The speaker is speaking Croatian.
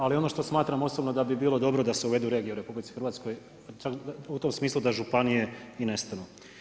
Ali ono što smatram osobno da bi bilo dobro da se uvedu regije u RH u tom smislu da županije i nestanu.